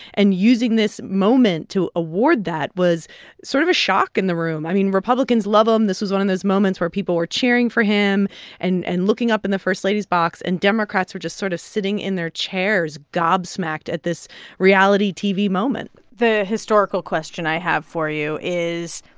and using this moment to award that was sort of a shock in the room. i mean, republicans love him. this was one of those moments where people were cheering for him and and looking up in the first lady's box. and democrats were just sort of sitting in their chairs gobsmacked at this reality tv moment the historical question i have for you is